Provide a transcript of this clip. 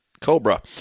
Cobra